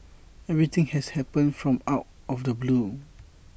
everything has happened from out of the blue